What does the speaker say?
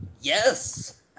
Yes